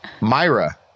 Myra